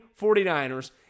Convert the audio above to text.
49ers